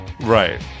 right